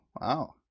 wow